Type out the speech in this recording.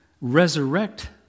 resurrect